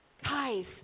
Guys